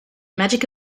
magic